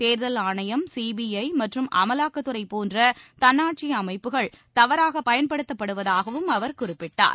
தேர்தல் ஆணையம் சிபிஐ மற்றும் அமலாக்கத்துறை போன்ற தன்னாட்சி அமைப்புகள் தவறாக பயன்படுத்தப்படுவதாகவும் அவர் குறிப்பிட்டார்